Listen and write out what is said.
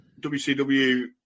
WCW